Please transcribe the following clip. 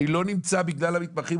אני לא נמצא בגלל המתמחים,